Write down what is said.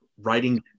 writing